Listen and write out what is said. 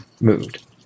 moved